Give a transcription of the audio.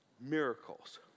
miracles